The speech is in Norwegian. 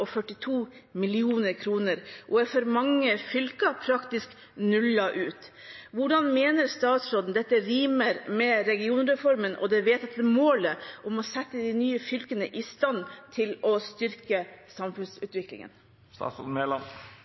er for mange fylker i praksis nullet ut. Hvordan mener statsråden dette rimer med regionreformen og det vedtatte målet om å sette de nye fylkene i stand til å styrke